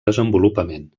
desenvolupament